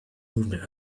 movement